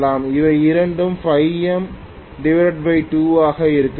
இவை இரண்டும் m2 ஆக இருக்கும்